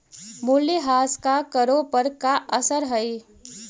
मूल्यह्रास का करों पर का असर हई